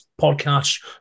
podcast